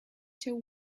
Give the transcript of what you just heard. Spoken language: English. till